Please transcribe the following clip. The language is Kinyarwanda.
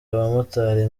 abamotari